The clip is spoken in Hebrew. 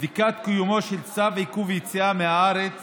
בדיקת קיומו של צו עיכוב יציאה מהארץ